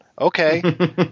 Okay